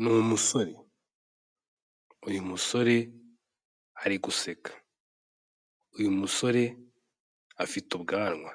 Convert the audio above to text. Ni umusore, uyu musore ariguseka, uyu musore afite ubwanwa,